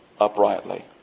uprightly